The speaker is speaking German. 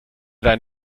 dein